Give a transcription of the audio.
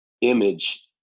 image